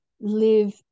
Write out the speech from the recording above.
live